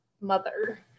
mother